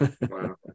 Wow